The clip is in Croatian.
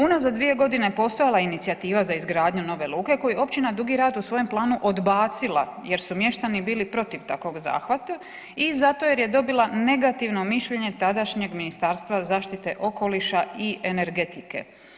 Unazad 2 g. postojala je inicijativa za izgradnjom nove luke koje je općina Dugi Rat u svojem planu odbacila jer su mještani bili protiv takvog zahvata i zato jer je dobila negativno mišljenje tadašnjeg Ministarstva zaštite okoliša i energetike.